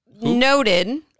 Noted